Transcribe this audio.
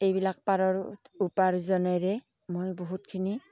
এইবিলাক পাৰৰ উত উপাৰ্জনেৰে মই বহুতখিনি